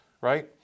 right